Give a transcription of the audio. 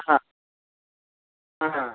ஆ ஆ